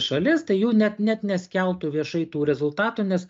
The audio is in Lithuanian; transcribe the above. šalis tai jų net net neskelbtų viešai tų rezultatų nes